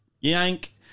yank